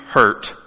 hurt